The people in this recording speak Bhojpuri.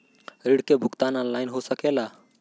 ऋण के भुगतान ऑनलाइन हो सकेला?